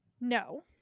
No